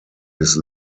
his